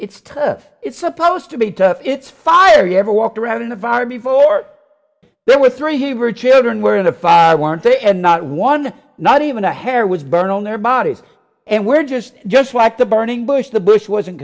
it's tough it's supposed to be tough it's father you ever walked around in a fire before there were three he were children were in a five day and not one not even a hair was burned on their bodies and we're just just like the burning bush the bush wasn't